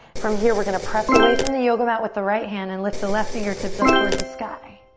from here we're gonna press away from the yoga mat with the right hand and lift the left fingertips up towards the sky.